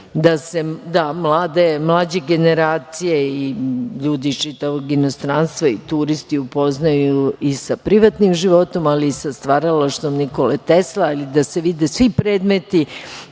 da se mlađe generacije i ljudi iz čitavog inostranstva i turisti upoznaju i sa privatnim životom, ali i sa stvaralaštvom Nikole Tesle, ali i da se vide svi predmeti